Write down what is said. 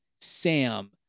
Sam